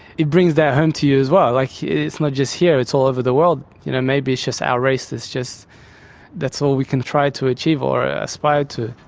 it brings that home to you as well like, it's not just here, it's all over the world you know maybe it's just our race that's just that's all we can try to achiever or ah aspire to.